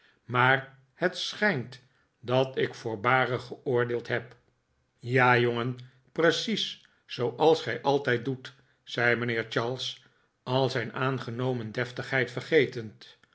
maar het schijnt dat ik voorbarig geoordeeld heb ja jongen precies zooals gij altijd doet zei mijnheer charles al zijn aangenomen deftigheid vergetend